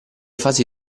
fasi